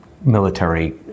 military